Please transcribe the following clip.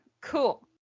Cool